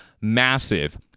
massive